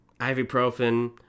ibuprofen